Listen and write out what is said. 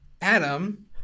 Adam